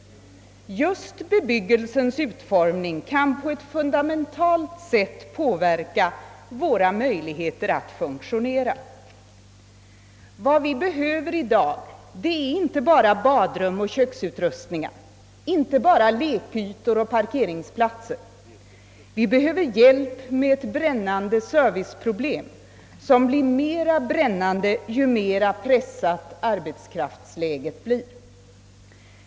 Just bebyggelsens utformning kan på ett fundamentalt sätt påverka våra möjligheter att funktionera. Vad vi i dag behöver är inte bara badrum och köksutrustningar, inte bara lekytor och parkeringsplatser. Vi behöver hjälp med ett brännande serviceproblem som blir mer brännande ju mer pressat arbetskraftsläget blir.